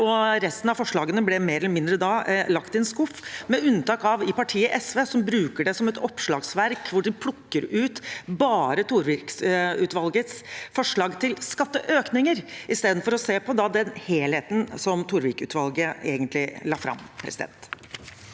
Resten av forslagene ble mer eller mindre lagt i en skuff, med unntak av i partiet SV, som bruker det som et oppslagsverk hvor de bare plukker ut Torvik-utvalgets forslag til skatteøkninger, istedenfor å se på den helheten som Torvik-utvalget egentlig la fram.